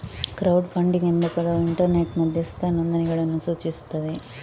crowd funding ಎಂಬ ಪದವು internet ಮಧ್ಯಸ್ಥ ನೋಂದಣಿಗಳನ್ನು ಸೂಚಿಸುತ್ತದೆ